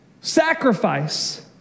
sacrifice